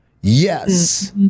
Yes